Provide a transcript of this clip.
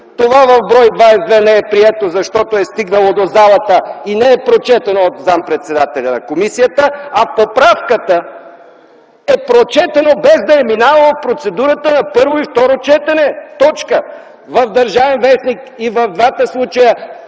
Това в бр. 22 не е прието, защото е стигнало до залата и не е прочетено от заместник-председателя на комисията, а поправката е прочетена, без да е минавала на процедурата първо и второ четене. Точка. В „Държавен вестник” и в двата случая